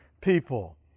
people